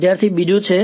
વિદ્યાર્થી બીજું છે